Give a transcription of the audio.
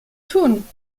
tun